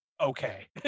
okay